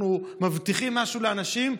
אנחנו מבטיחים משהו לאנשים,